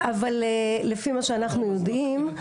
אבל לפי מה שאנחנו יודעים,